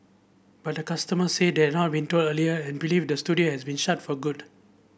but the customers say they had not been told earlier and believe the studio has been shut for good